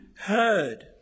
heard